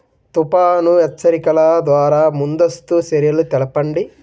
తుఫాను హెచ్చరికల ద్వార ముందస్తు చర్యలు తెలపండి?